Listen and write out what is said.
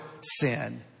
sin